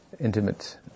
intimate